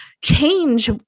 change